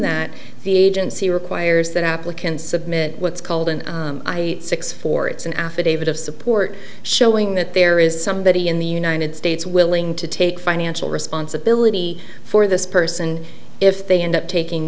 that the agency requires that applicants submit what's called an i six four it's an affidavit of support showing that there is somebody in the united states willing to take financial responsibility for this person if they end up taking